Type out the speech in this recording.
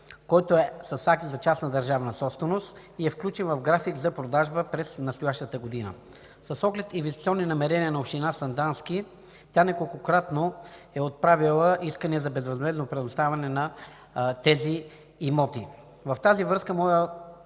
е с акт за частна държавна собственост и е включен в график за продажба през настоящата година. С оглед на инвестиционни намерения на община Сандански, тя неколкократно е отправяла искания за безвъзмездно предоставяне на тези имоти. В тази връзка моят